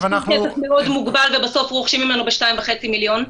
מאוד מוגבל ובסוף רוכשים ממנו ב-2.5 מיליון.